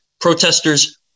Protesters